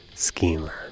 schemer